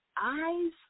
eyes